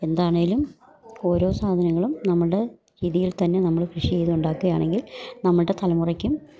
എന്താണേലും ഓരോ സാധനങ്ങളും നമ്മളുടെ രീതിയിൽ തന്നെ നമ്മള് കൃഷി ചെയ്തു ഉണ്ടാക്കുകയാണെങ്കിൽ നമ്മളുടെ തലമുറയ്ക്കും